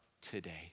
today